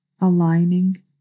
Aligning